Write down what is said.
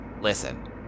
listen